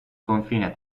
confine